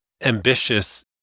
ambitious